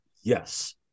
Yes